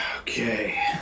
Okay